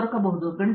professor